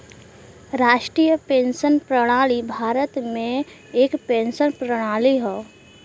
राष्ट्रीय पेंशन प्रणाली भारत में एक पेंशन प्रणाली हौ